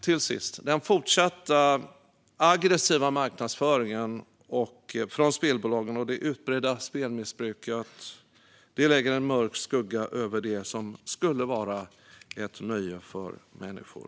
Till sist: Den fortsatt aggressiva marknadsföringen från spelbolagen och det utbredda spelmissbruket lägger en mörk skugga över det som skulle vara ett nöje för människor.